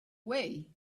way